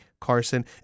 Carson